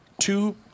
two